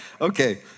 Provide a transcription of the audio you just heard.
Okay